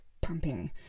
pumping